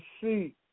see